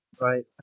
Right